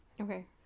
Okay